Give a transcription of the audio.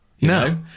No